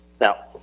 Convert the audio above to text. Now